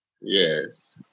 Yes